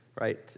right